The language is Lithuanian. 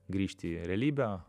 grįžt į realybę